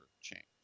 change